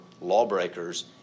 lawbreakers